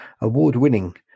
award-winning